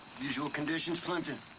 usual conditions, plimpton.